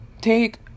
take